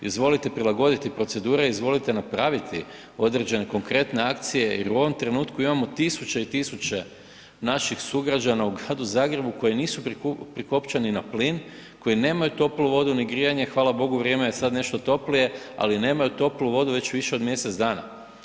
Izvolite prilagoditi procedure, izvolite napraviti određene konkretne akcije jer u ovom trenutku imamo tisuće i tisuće naših sugrađana u Gradu Zagrebu koji nisu prikopčani na plin, koji nemaju toplu vodu ni grijanje, hvala Bogu vrijeme je sad nešto toplije, ali nemaju toplu vodu već više od mjesec dana.